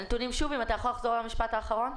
אתה יכול לחזור שוב על המשפט האחרון?